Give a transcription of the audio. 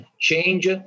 change